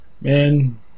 Man